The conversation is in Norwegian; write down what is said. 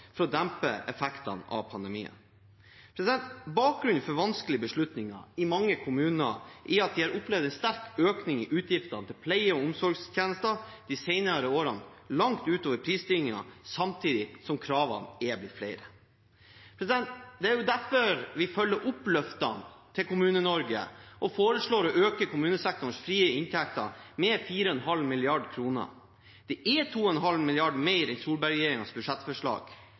for å dempe effektene av pandemien. Bakgrunnen for vanskelige beslutninger i mange kommuner er at de har opplevd en sterk økning i utgiftene til pleie- og omsorgstjenester de senere årene – langt utover prisstigningen – samtidig som kravene har blitt flere. Det er derfor vi følger opp løftene til Kommune-Norge og foreslår å øke kommunesektorens frie inntekter med 4,5 mrd. kr. Det er 2,5 mrd. kr mer enn Solberg-regjeringens budsjettforslag,